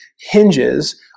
hinges